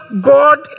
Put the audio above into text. God